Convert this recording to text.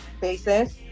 basis